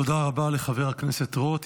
תודה רבה לחבר הכנסת רוט.